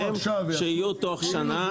שיהיו תוך שנה.